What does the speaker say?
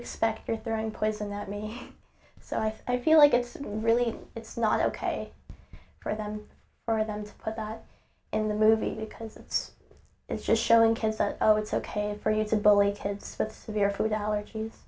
expect you're throwing poison that me so i feel like it's really it's not ok for them for them to put that in the movie because it's it's just showing kids are oh it's ok for you to kids that severe food allergies